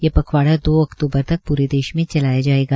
ये पखवाड़ा दो अक्तूबर तक पूरे देश में चलाया जायेगा